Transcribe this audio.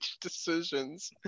decisions